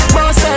Boss